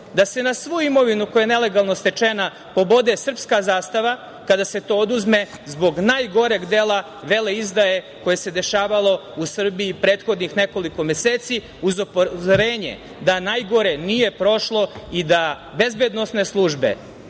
da se na svu imovinu koja je nelegalno stečena pobode srpska zastava, kada se to oduzme zbog najgoreg dela veleizdaje koje se dešavalo u Srbiji prethodnih nekoliko meseci, uz upozorenje da najgore nije prošlo i da bezbedonosne službe